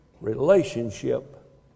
Relationship